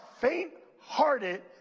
faint-hearted